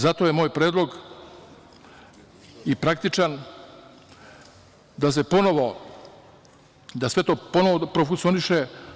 Zato je moj predlog i praktičan, da sve to ponovo profunkcioniše.